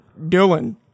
Dylan